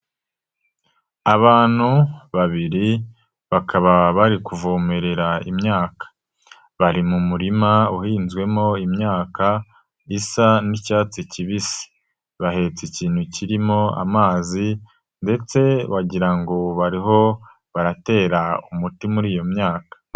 Abantu babiri bakaba bari kuvomerera imyaka, bari mu murima uhinzwemo imyaka, isa n'icyatsi kibisi, bahetse ikintu kirimo amazi ndetse wagira ngo bariho baratera umuti muri iyo myaka.